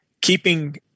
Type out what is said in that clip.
keeping